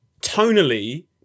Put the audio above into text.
tonally